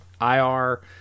ir